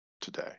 today